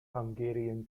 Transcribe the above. hungarian